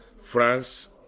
France